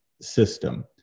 system